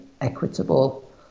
equitable